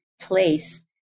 place